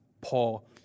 Paul